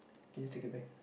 can you just take it back